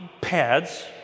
pads